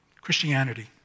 Christianity